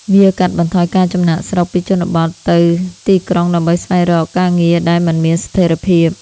វាកាត់បន្ថយការចំណាកស្រុកពីជនបទទៅទីក្រុងដើម្បីស្វែងរកការងារដែលមិនមានស្ថិរភាព។